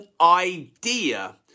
idea